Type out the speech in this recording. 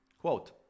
Quote